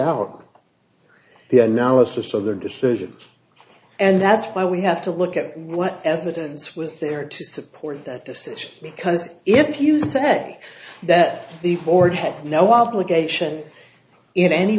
out the analysis of their decision and that's why we have to look at what evidence was there to support that decision because if you say that the ford had no obligation in any